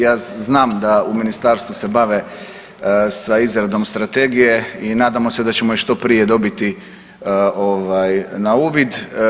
Ja znam da u ministarstvu se bave sa izradom strategije i nadamo se da ćemo je što prije dobiti na uvid.